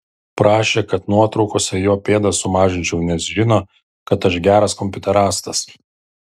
prašė kad nuotraukose jo pėdas sumažinčiau nes žino kad aš geras kompiuterastas